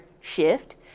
shift